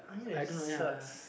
I don't know ya